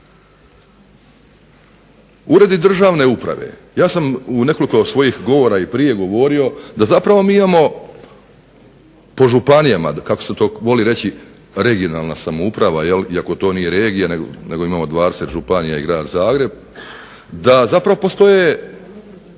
Uredi državne uprave, ja sam u nekoliko svojih govora i prije govorio da zapravo mi imamo po županijama, kako se to voli reći regionalna samouprava, to nije regija nego imamo 20 županija i grad Zagreb, da zapravo postoje